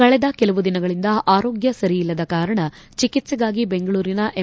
ಕಳೆದ ಕೆಲವು ದಿನಗಳಿಂದ ಅವರ ಆರೋಗ್ಯ ಸರಿಯಿಲ್ಲದ ಕಾರಣ ಚಿಕಿತ್ಲೆಗಾಗಿ ಬೆಂಗಳೂರಿನ ಎಂ